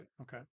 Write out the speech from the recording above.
Okay